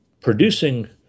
producing